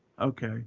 Okay